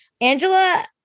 Angela